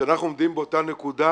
שאנחנו עומדים באותה נקודה,